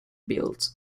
built